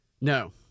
No